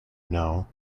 know